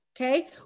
okay